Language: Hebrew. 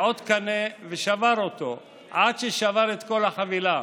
ועוד קנה ושבר אותו, עד ששבר את כל החבילה.